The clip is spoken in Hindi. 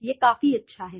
यह काफी अच्छा है